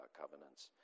covenants